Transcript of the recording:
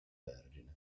vergine